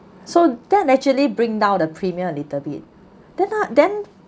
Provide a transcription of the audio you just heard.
so then actually bring down the premium little bit then ah then